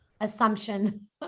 assumption